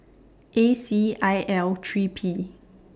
A C I L three P